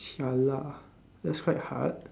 !siala! that's quite hard